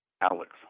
Alex